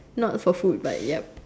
not for food but yup